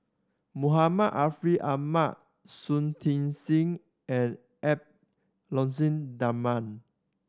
Muhammad Ariff Ahmad Shui Tit Sing and Edwy Lyonet Talma